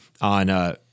On